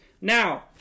Now